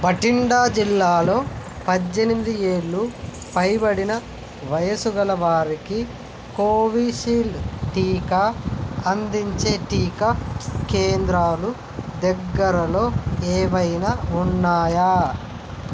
భటిండా జిల్లాలో పద్దెనిమిది ఏళ్ళు పైబడిన వయసుగల వారికి కోవిషీల్డ్ టీకా అందించే టీకా కేంద్రాలు దగ్గరలో ఏవైనా ఉన్నాయా